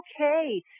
okay